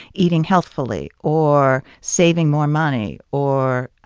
eating healthfully or saving more money or